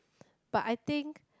but I think